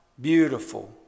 beautiful